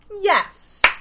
Yes